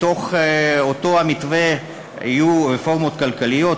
מתוך אותו המתווה יהיו רפורמות כלכליות,